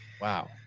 wow